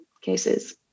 cases